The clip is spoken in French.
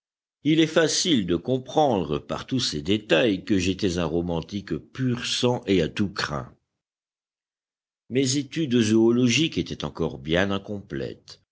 il est facile de comprendre par tous ces détails que j'étais un romantique pur sang et à tous crins mes études zoologiques étaient encore bien incomplètes